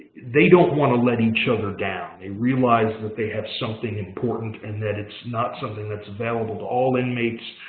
they don't want to let each other down. they realize and that they have something important and that it's not something that's available to all inmates.